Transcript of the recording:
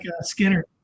Skinner